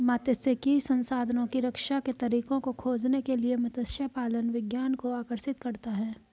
मात्स्यिकी संसाधनों की रक्षा के तरीकों को खोजने के लिए मत्स्य पालन विज्ञान को आकर्षित करता है